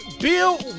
Bill